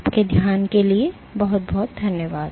आपके ध्यान देने के लिए धन्यवाद